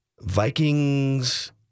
Vikings